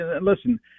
listen